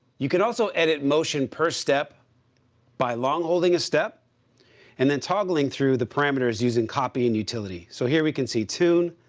you can also edit motion per step by long holding a step and then toggling through the parameters using copy and utility. so here we can see tune,